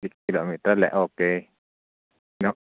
കിലോമീറ്ററല്ലേ okay ആ